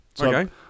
okay